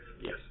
Yes